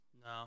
No